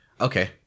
Okay